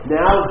now